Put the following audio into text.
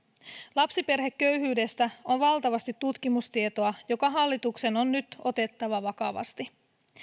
lapsiperheköyhyydestä on valtavasti tutkimustietoa joka hallituksen on nyt otettava vakavasti